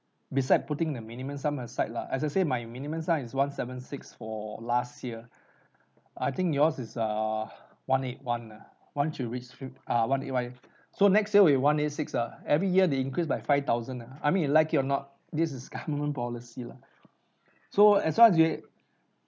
besides putting the minimum sum aside lah as I say my minimum sum is one seven six for last year I think yours is err one eight one lah once you reach three uh one eight one so next year with one eight six ah every year they increase by five thousand nah I mean you like it or not this is government policy lah so as long as you